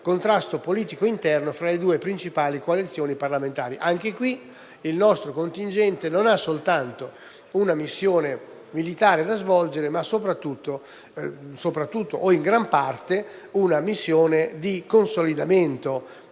il nostro contingente non ha soltanto una missione militare da svolgere ma soprattutto o in gran parte una missione di diffusione e